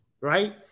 right